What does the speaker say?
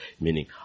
meaning